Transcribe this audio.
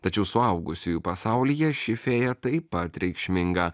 tačiau suaugusiųjų pasaulyje ši fėja taip pat reikšminga